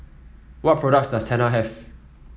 what products does Tena have